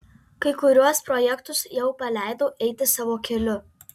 kai kuriuos projektus jau paleidau eiti savo keliu